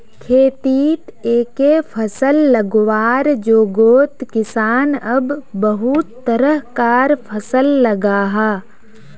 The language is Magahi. खेतित एके फसल लगवार जोगोत किसान अब बहुत तरह कार फसल लगाहा